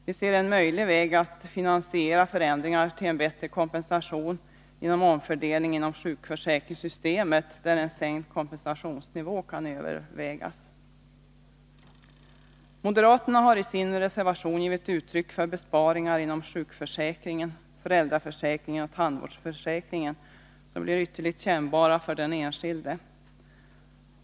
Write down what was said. Vi ser en möjlig väg att finansiera förändringar till en bättre kompensation genom omfördelning inom sjukförsäkringssystemet, där en sänkt kompensationsnivå kan övervägas. Moderaterna har i sin reservation givit uttryck för besparingar inom sjukförsäkringen, föräldraförsäkringen och tandvårdsförsäkringen som blir ytterligt kännbara för den enskilde.